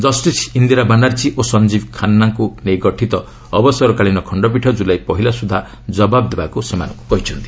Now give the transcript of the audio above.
justice Indira Banerjee ଓ ସଞ୍ଜିବୀ ଖାନ୍ନାଙ୍କୁ ନେଇ ଗଠିତ ଅବସରକାଳୀନ ଖଖ୍ତପୀଠ କ୍ରଲାଇ ପହିଲା ସୁଦ୍ଧା ଜବାବ୍ ଦେବାକୁ ସେମାନଙ୍କ କହିଛନ୍ତି